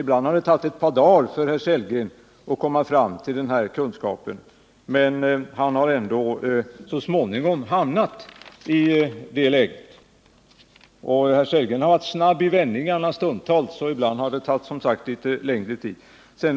Ibland har det tagit ett par dagar för herr Sellgren att komma fram till denna kunskap, men han har ändå så småningom hamnat rätt. Herr Sellgren har stundtals varit snabb i vändningarna, och ibland har det som sagt tagit litet längre tid.